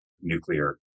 nuclear